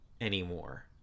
anymore